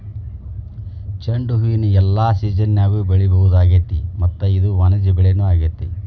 ಚಂಡುಹೂನ ಎಲ್ಲಾ ಸಿಜನ್ಯಾಗು ಬೆಳಿಸಬಹುದಾಗೇತಿ ಮತ್ತ ಇದು ವಾಣಿಜ್ಯ ಬೆಳಿನೂ ಆಗೇತಿ